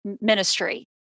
ministry